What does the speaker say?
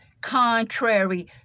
contrary